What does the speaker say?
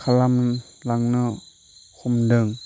खालामलांनो हमदों